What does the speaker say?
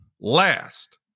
last